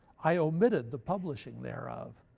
i omitted the publishing thereof.